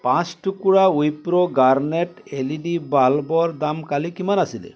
পাঁচ টুকুৰা Wipro Garnet LED বাল্বৰ দাম কালি কিমান আছিল